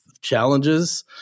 challenges